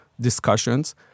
discussions